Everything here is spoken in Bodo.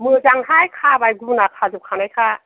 मोजांहाय खाबाय गुना खाजोबखानाय खा